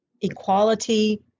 equality